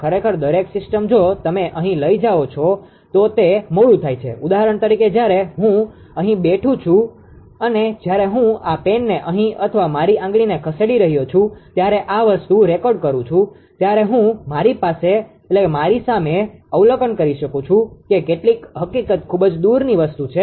ખરેખર દરેક સિસ્ટમ જો તમે અહીં લઈ જાઓ છો તો તે મોડું થાય છે ઉદાહરણ તરીકે જ્યારે હું અહીં બેઠું છું અને જ્યારે હું આ પેનને અહીં અથવા મારી આંગળીને ખસેડી રહ્યો છું ત્યારે આ વસ્તુ રેકોર્ડ કરું છું ત્યારે હું મારી સામે અવલોકન કરી શકું છું કે કેટલીક હકીકત ખૂબ જ દૂરની વસ્તુ છે